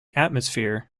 atmosphere